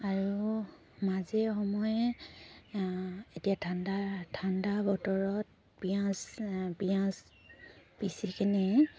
আৰু মাজে সময়ে এতিয়া ঠাণ্ডা ঠাণ্ডা বতৰত পিঁয়াজ পিঁয়াজ পিচি কিনে